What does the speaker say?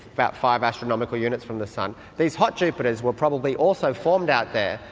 about five astronomical units from the sun. these hot jupiters were probably also formed out there,